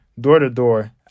door-to-door